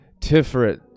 Tiferet